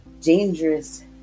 dangerous